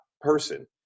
person